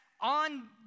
on